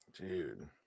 dude